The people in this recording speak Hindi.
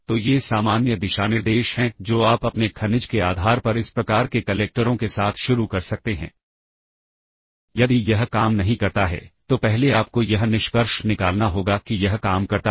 अब अगर रिटर्न करेंगे तब C register value PC low में जाएगी और भी रजिस्टर की वैल्यू PC हाई में जाएगी जो कि खतरनाक है